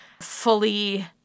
fully